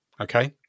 okay